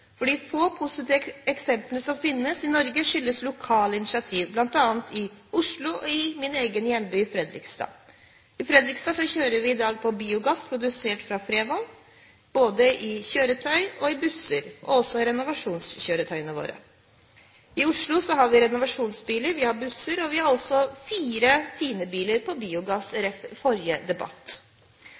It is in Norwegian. De få positive eksemplene som finnes i Norge, skyldes lokale initiativ, bl.a. i Oslo og i min egen hjemby, Fredrikstad. I Fredrikstad kjøres det i dag på biogass produsert av Frevar, både i busser og i renovasjonskjøretøyer. I Oslo har vi renovasjonsbiler, vi har busser, og vi har også fire TINE-biler på biogass, ref. forrige debatt.